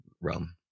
realm